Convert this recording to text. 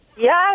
Yes